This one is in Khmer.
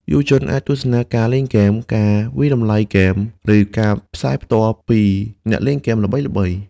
យុវជនអាចទស្សនាការលេងហ្គេម ការវាយតម្លៃហ្គេម ឬការផ្សាយផ្ទាល់ ពីអ្នកលេងហ្គេមល្បីៗ។